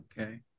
Okay